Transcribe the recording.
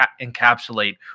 encapsulate